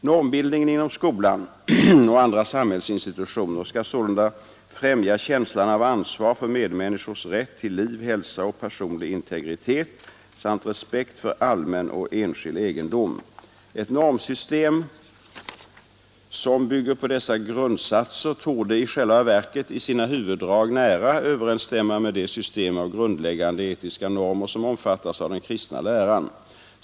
Normbildningen inom skolan och andra samhällsinstitutioner skall sålunda främja känslan av ansvar för medmänniskors rätt till liv, hälsa och personlig integritet samt respekten för allmän och enskild egendom. Ett normsystem som bygger på dessa grundsatser torde i själva verket i sina huvuddrag nära överensstämma med det system av grundläggande etiska normer som omfattas av den kristna läran.